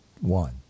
one